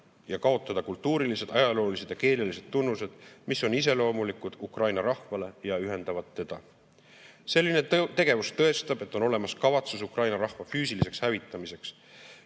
ja kaotada kultuurilised, ajaloolised ja keelelised tunnused, mis on iseloomulikud Ukraina rahvale ja ühendavad teda. Selline tegevus tõestab, et on olemas kavatsus Ukraina rahva füüsiliseks hävitamiseks.